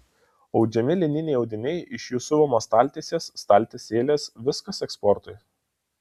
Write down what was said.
audžiami lininiai audiniai iš jų siuvamos staltiesės staltiesėlės viskas eksportui